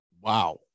Wow